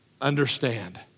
understand